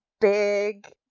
big